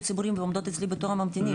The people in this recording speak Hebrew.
ציבורי והן עומדות אצלי בתור לממתינים.